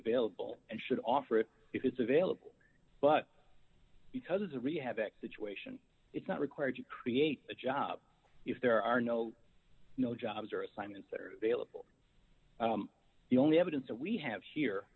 available and should offer it if it's available but because it's a rehab act situation it's not required to create a job if there are no no jobs or assignments that are available the only evidence that we have here